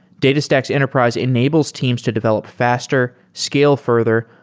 datastax enterprise enables teams to develop faster, scale further,